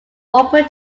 open